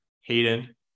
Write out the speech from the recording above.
hayden